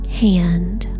hand